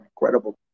incredible